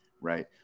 Right